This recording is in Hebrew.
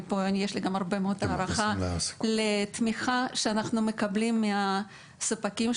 ויש לי הערכה רבה לתמיכה שאנחנו מקבלים מן הספקים.